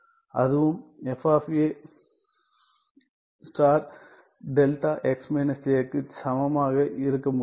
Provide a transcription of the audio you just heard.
அதுவும் f ∗ δx − a க்கு சமமாக இருக்க முடியும்